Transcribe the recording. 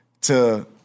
to-